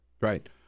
Right